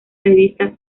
revista